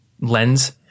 lens